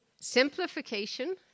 simplification